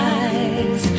eyes